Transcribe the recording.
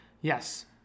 Yes